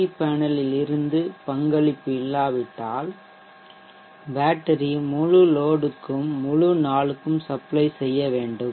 we பேனலில் இருந்து பங்களிப்பு இல்லாவிட்டால் பேட்டரி முழு லோட்க்கும் முழு நாளுக்கும் சப்ளை செய்ய வேண்டும்